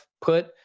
put